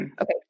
Okay